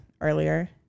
earlier